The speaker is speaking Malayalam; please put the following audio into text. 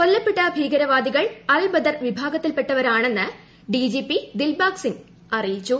കൊല്ലപ്പെട്ട ഭീകരവാദികൾ അൽ ബദർ വിഭാഗത്തിൽപ്പെട്ടവരാണെന്ന് ഡിജിപി ദിൽബാഗ് സിംഗ് പറഞ്ഞു